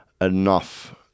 enough